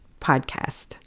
podcast